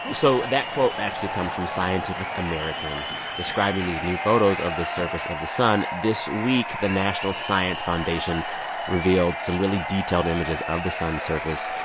so that quote actually comes from scientific american describing these new photos of the surface of the sun. this week, the national science foundation revealed some really detailed images of the sun's surface,